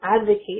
advocate